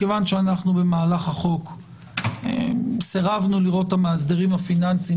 מכיוון שאנחנו במהלך החוק סירבנו לראות את המאסדרים הפיננסיים